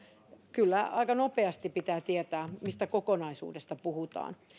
kyllä aika nopeasti pitää tietää mistä kokonaisuudesta puhutaan